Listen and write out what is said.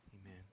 Amen